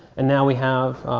and now we have